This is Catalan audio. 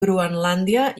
groenlàndia